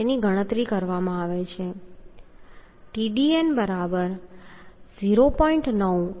તેથી તેની ગણતરી કરવામાં આવે છે Tdn0